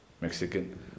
Mexican